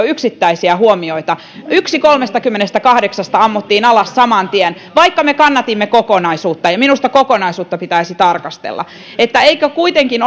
yksittäisiä huomioita yksi kolmestakymmenestäkahdeksasta ammuttiin alas saman tien vaikka me kannatimme kokonaisuutta ja ja minusta kokonaisuutta pitäisi tarkastella että eikö kuitenkin